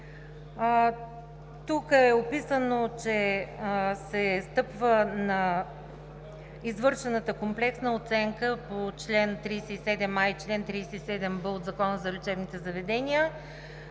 Тук е описано, че се стъпва на извършената комплексна оценка по чл. 37а и чл. 37б от Закона за лечебните заведения